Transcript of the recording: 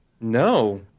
No